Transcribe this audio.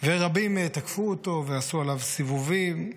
ורבים תקפו אותו ועשו עליו סיבובים,